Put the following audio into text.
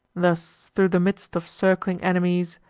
thus, thro' the midst of circling enemies,